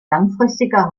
langfristiger